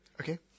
Okay